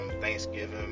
thanksgiving